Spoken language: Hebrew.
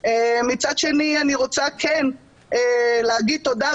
אני חייבת לציין שיש לי המון כבוד לפרופסור גרוטו,